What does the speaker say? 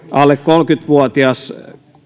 alle kolmekymmentä vuotias